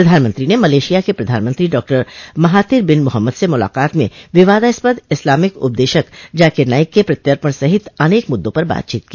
प्रधानमंत्री ने मलेशिया के प्रधानमंत्री डॉक्टर महातिर बिन मोहम्मद से मुलाकात में विवादास्पद इस्लामिक उपदेशक जाकिर नाइक के प्रत्यर्पण सहित अनेक मुद्दों पर बातचीत की